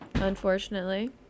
Unfortunately